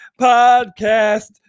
podcast